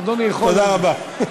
תודה רבה.